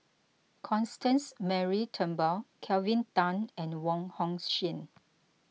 Constance Mary Turnbull Kelvin Tan and Wong Hong Suen